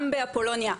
גם באפולוניה,